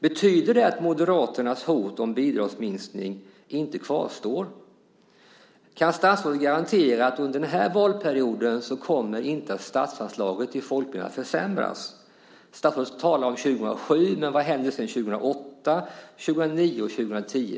Betyder det att Moderaternas hot om bidragsminskning inte kvarstår? Kan statsrådet garantera att statsanslaget till folkbildningen inte kommer att försämras under den här valperioden? Statsrådet talar om 2007, men vad händer 2008, 2009 och 2010?